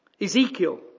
Ezekiel